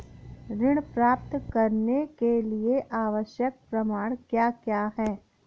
ऋण प्राप्त करने के लिए आवश्यक प्रमाण क्या क्या हैं?